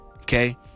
Okay